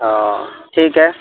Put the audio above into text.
ہ ٹھیک ہے